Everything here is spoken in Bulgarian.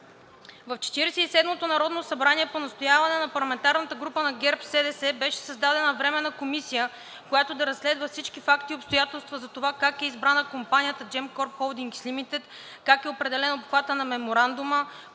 седмото народно събрание по настояване на парламентарната група на ГЕРБ-СДС беше създадена Временна комисия, която да разследва всички факти и обстоятелства за това как е избрана компанията Gemcorp Holdings Limited; как е определен обхватът на Меморандума;